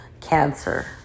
cancer